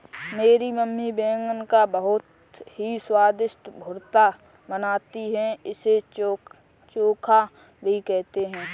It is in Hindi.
मेरी मम्मी बैगन का बहुत ही स्वादिष्ट भुर्ता बनाती है इसे चोखा भी कहते हैं